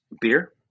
beer